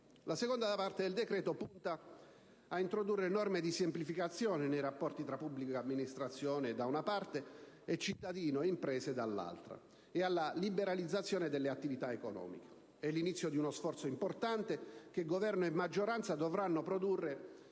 La seconda parte del decreto punta ad introdurre norme di semplificazione nei rapporti tra pubblica amministrazione da una parte, e cittadino ed imprese dall'altra, e alla liberalizzazione delle attività economiche. È l'inizio di uno sforzo importante che Governo e maggioranza dovranno produrre